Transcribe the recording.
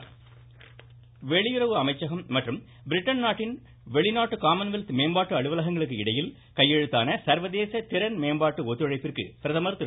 பிரதமர் வெளியுறவு அமைச்சகம் மற்றும் பிரிட்டன் நாட்டின் வெளிநாட்டு காமன்வெல்த் மேம்பாட்டு அலுவலகங்களுக்கு இடையில் கையெழுத்தான திறன் மேம்பாட்டு ஒத்துழைப்பிற்கு பிரதமர் திரு